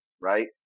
right